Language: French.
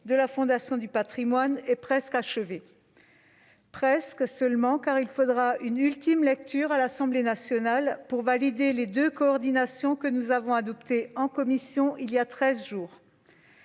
de la Fondation du patrimoine est presque achevé. Je dis « presque », car il faudra une ultime lecture à l'Assemblée nationale pour valider les deux coordinations que nous avons adoptées en commission il y a treize jours.